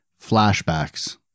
flashbacks